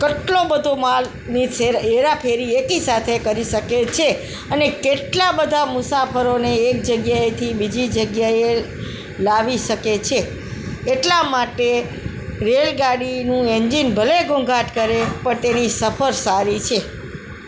કેટલો બધો માલની સેર હેરાફેરી એકીસાથે કરી શકે છે અને કેટલા બધા મુસાફરોને એક જગ્યાએથી બીજી જગ્યાએ લાવી શકે છે એટલા માટે રેલગાડીનું એન્જીન ભલે ઘોંઘાટ કરે પણ તેની સફર સારી છે